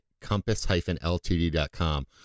compass-ltd.com